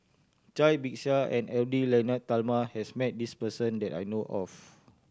Cai Bixia and Edwy Lyonet Talma has met this person that I know of